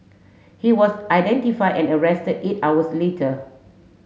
he was identify and arrested eight hours later